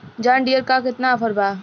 John Deere पर केतना offer बा?